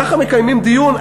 ככה מקיימים דיון,